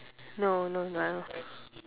no no no